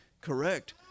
correct